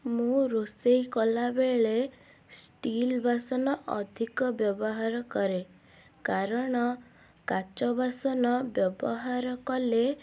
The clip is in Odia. ମୁଁ ରୋଷେଇ କଲାବେଳେ ଷ୍ଟିଲ୍ ବାସନ ଅଧିକ ବ୍ୟବହାର କରେ କାରଣ କାଚ ବାସନ ବ୍ୟବହାର କଲେ